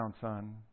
son